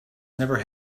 never